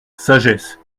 sagesse